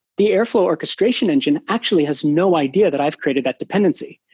the airflow orchestration engine actually has no idea that i've created that dependency.